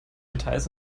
details